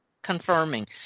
confirming